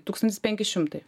tūkstantis penki šimtai